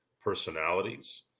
personalities